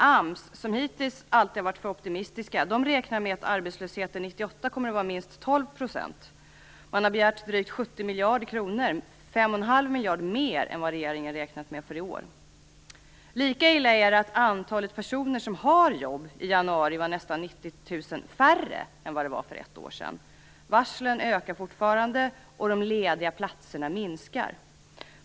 AMS, som hittills alltid har varit för optimistiskt, räknar med att arbetslösheten 1998 kommer att uppgå till minst 12 %. AMS har begärt drygt 70 miljarder kronor, dvs. fem och en halv miljard mer än vad regeringen räknat med för i år. Lika illa är det att antalet personer som hade jobb i januari var nästan 90 000 mindre än för ett år sedan. Varslen ökar fortfarande, och de lediga platserna minskar.